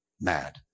mad